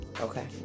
Okay